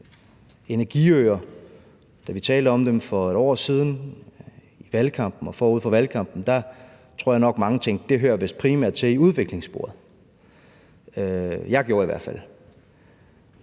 energiøer, da vi talte om det for et år siden i valgkampen og forud for valgkampen, tror jeg nok, mange tænkte, at det vist primært hører til i udviklingssporet. Jeg gjorde i hvert fald.